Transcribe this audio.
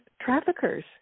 traffickers